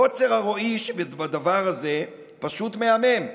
קוצר הרואי שבדבר הזה פשוט מהמם.